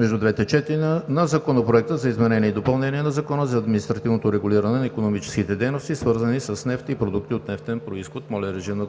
между двете четения на Законопроекта за изменение и допълнение на Закона за административното регулиране на икономическите дейности, свързани с нефт и продукти от нефтен произход.